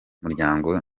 muryango